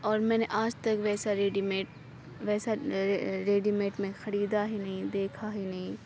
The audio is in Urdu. اور میں نے آج تک ویسا ریڈی میڈ ویسا ریڈی میڈ میں خریدا ہی نہیں دیکھا ہی نہیں